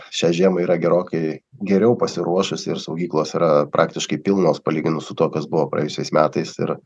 šią žiemą yra gerokai geriau pasiruošusi ir saugyklos yra praktiškai pilnos palyginus su tuo kas buvo praėjusiais metais ir